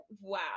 wow